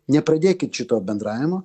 nepradėkit šito bendravimo